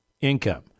income